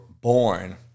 born